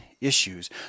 issues